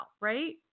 right